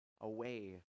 away